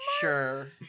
sure